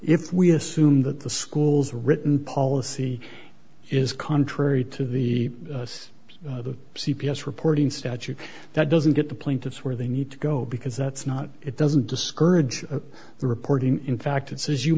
if we assume that the school's written policy is contrary to the us and the c p s reporting statute that doesn't get the plaintiffs where they need to go because that's not it doesn't discourage the reporting in fact it says you